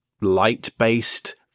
light-based